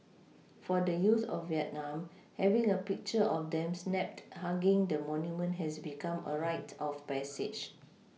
for the youth of Vietnam having a picture of them snapped hugging the monument has become a rite of passage